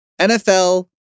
NFL